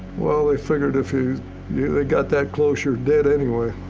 well, they figured if you know they got that close, you're dead anyway.